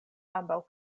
ambaŭ